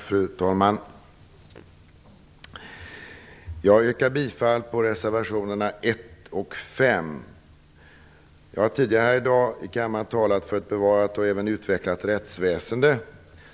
Fru talman! Jag yrkar bifall till reservationerna 1 Jag har tidigare här i dag i kammaren talat för ett bevarat och även utvecklat rättsväsende.